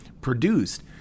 produced